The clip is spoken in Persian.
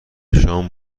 شام